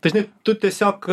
tai žinai tu tiesiog